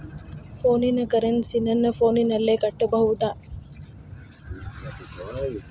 ಫೋನಿನ ಕರೆನ್ಸಿ ನನ್ನ ಫೋನಿನಲ್ಲೇ ಕಟ್ಟಬಹುದು?